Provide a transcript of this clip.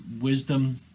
wisdom